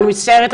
אני מצטערת,